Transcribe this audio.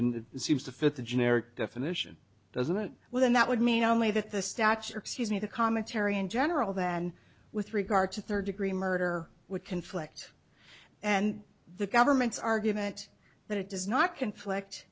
and it seems to fit the generic definition doesn't it well then that would mean only that the stature excuse me the cometary in general than with regard to third degree murder would conflict and the government's argument that it does not conflict